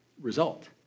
result